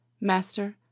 Master